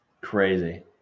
Crazy